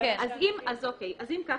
ככה,